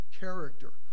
character